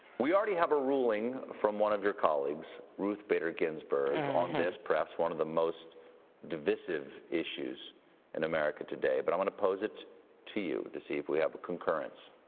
we already have a ruling from one of your colleagues, ruth bader ginsburg, on this, perhaps one of the most divisive issues in america today. but i want to pose it to you to see if we have a concurrence.